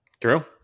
True